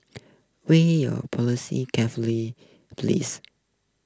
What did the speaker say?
weigh your policy carefully please